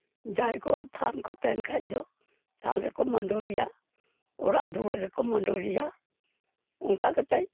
ᱡᱟᱦᱟᱸᱭ ᱠᱚᱣᱟᱜ ᱛᱷᱟᱱ ᱠᱚ ᱛᱟᱦᱮᱱ ᱠᱷᱟᱡ ᱫᱚ ᱛᱷᱟᱱ ᱨᱮᱠᱚ ᱢᱩᱰᱳᱞᱤᱭᱟ ᱚᱲᱟᱜ ᱫᱩᱣᱟᱹᱨ ᱨᱮᱠᱚ ᱢᱩᱰᱚᱞᱤᱭᱟ ᱚᱱᱠᱟ ᱠᱟᱛᱮᱜ